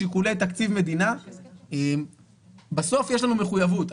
משיקולי תקציב מדינה, בסוף יש לנו מחויבות.